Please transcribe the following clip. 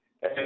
Hey